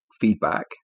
feedback